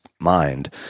mind